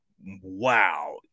wow